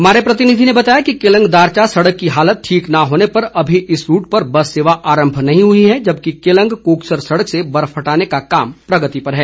हमारे प्रतिनिधि ने बताया है कि केलंग दारचा सड़क की हालत ठीक न होने पर अभी इस रूट पर बस सेवा आरंभ नहीं हुई है जबकि केलंग कोकसर सड़क से बर्फ हटाने का कार्य प्रगति पर है